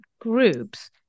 groups